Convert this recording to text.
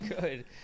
Good